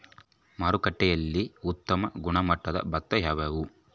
ಮಾರುಕಟ್ಟೆಯಲ್ಲಿ ಉತ್ತಮ ಗುಣಮಟ್ಟದ ಭತ್ತ ಯಾವುದು?